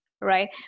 right